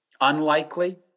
unlikely